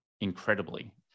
incredibly